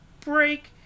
break